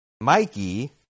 Mikey